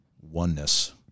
oneness